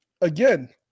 Again